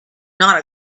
not